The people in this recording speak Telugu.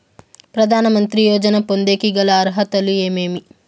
ప్రధాన మంత్రి యోజన పొందేకి గల అర్హతలు ఏమేమి?